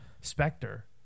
Spectre